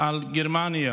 על גרמניה